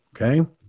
Okay